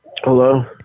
Hello